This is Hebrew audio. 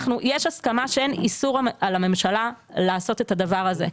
יש הסכמה שאין איסור על הממשלה לעשות את הדבר הזה.